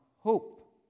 hope